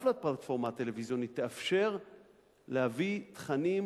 לפלטפורמה הטלוויזיונית תאפשר להביא תכנים